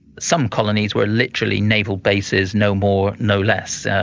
some colonies were literally naval bases no more no less,